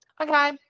okay